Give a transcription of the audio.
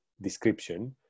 description